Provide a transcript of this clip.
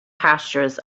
pastures